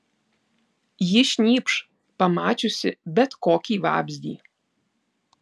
ji šnypš pamačiusi bet kokį vabzdį